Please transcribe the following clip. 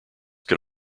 can